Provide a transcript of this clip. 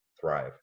thrive